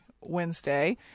Wednesday